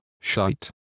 shite